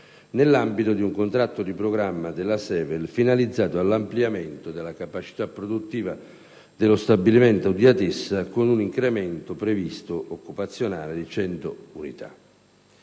nell'ambito di un contratto di programma della Sevel finalizzato all'ampliamento della capacità produttiva dello stabilimento di Atessa che prevede un incremento occupazionale di circa 100 unità.